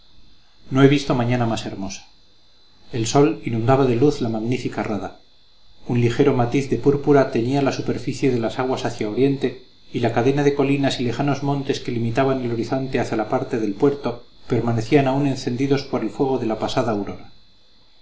no he visto mañana más hermosa el sol inundaba de luz la magnífica rada un ligero matiz de púrpura teñía la superficie de las aguas hacia oriente y la cadena de colinas y lejanos montes que limitan el horizonte hacia la parte del puerto permanecían aún encendidos por el fuego de la pasada aurora